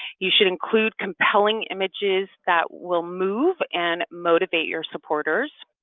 you should include compelling images that will move and motivate your supporters.